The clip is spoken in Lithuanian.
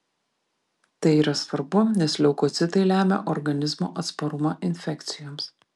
tai yra svarbu nes leukocitai lemia organizmo atsparumą infekcijoms